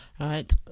right